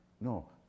No